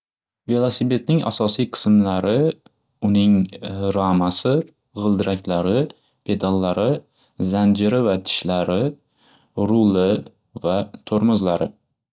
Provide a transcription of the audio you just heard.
Velosipedning asosiy qismlari uning ramasi, g'ildiraklari, detallari, zanjiri va tishlari, ruli va to'rmizlari.